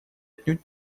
отнюдь